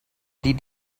did